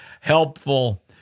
helpful